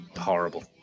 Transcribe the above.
horrible